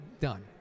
done